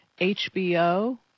HBO